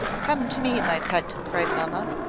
come to me, my pet, cried mamma.